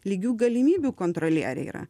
lygių galimybių kontrolieriai yra